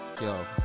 Yo